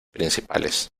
principales